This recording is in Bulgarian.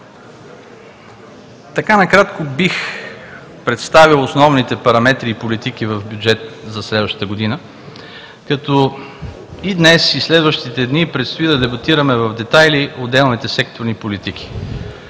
Така накратко бих представил основните параметри и политики в бюджета за следващата година, като и днес, и следващите дни предстои да дебатираме в детайли отделните секторни политики.